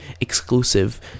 exclusive